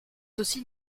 aussi